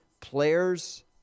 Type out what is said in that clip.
players